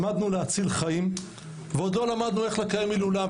למדנו להציל חיים ועוד לא למדנו איך לקיים הילולה.